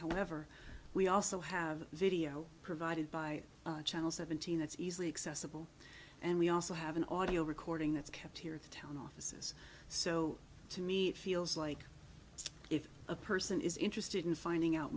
however we also have video provided by channel seventeen that's easily accessible and we also have an audio recording that's kept here at the town offices so to me it feels like if a person is interested in finding out